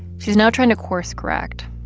she's now trying to course correct.